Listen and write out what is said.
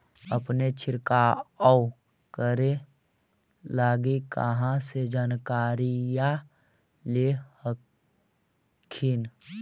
अपने छीरकाऔ करे लगी कहा से जानकारीया ले हखिन?